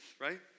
right